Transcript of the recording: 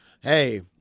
hey—